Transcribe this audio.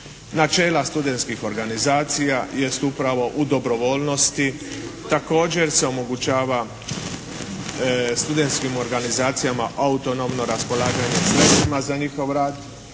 Načela studenskih organizacija jest upravo u dobrovoljnosti također se omogućava studenskim organizacijama autonomno raspolaganje sredstvima za njihov rad